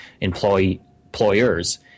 employers